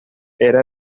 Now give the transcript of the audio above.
era